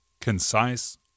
concise